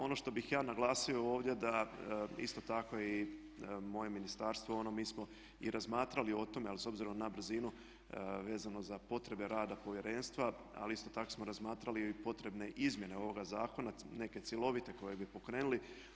Ono što bih ja naglasio ovdje da isto tako i moje ministarstvo, mi smo i razmatrali o tome, ali s obzirom na brzinu vezano za potrebe rada povjerenstva ali isto tako smo razmatrali i potrebne izmjene ovoga zakona neke cjelovite koje bi pokrenuli.